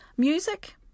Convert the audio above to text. Music